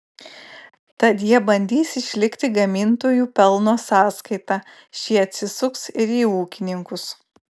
tad jie bandys išlikti gamintojų pelno sąskaita šie atsisuks ir į ūkininkus